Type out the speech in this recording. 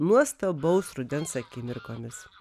nuostabaus rudens akimirkomis